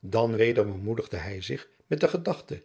dan weder bemoedigde hij zich met de gedachte